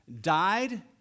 died